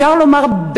אפשר לומר,